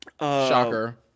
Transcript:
Shocker